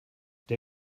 der